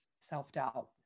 self-doubt